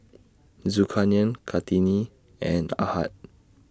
Zulkarnain Kartini and Ahad